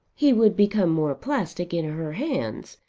he would become more plastic in her hands,